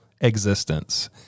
existence